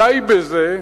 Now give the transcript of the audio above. די בזה,